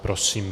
Prosím.